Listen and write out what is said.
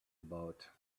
about